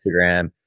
instagram